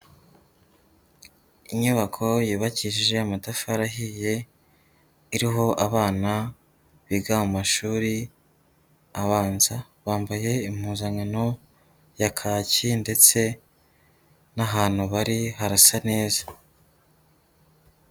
Inyubako yubakishije amatafari ahiye, iriho abana biga mu mashuri abanza, bambaye impuzankano ya kaki ndetse n'ahantu bari harasa neza.